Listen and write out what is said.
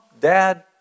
Dad